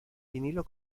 vinilo